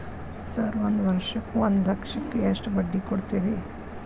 Sir ಒಂದು ವರ್ಷಕ್ಕ ಒಂದು ಲಕ್ಷಕ್ಕ ಎಷ್ಟು ಬಡ್ಡಿ ಕೊಡ್ತೇರಿ?